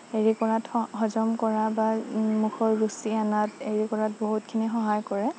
হেৰি কৰাত হ হজম কৰা বা মুখৰ ৰুচি অনাত হেৰি কৰাত বহুতখিনি সহায় কৰে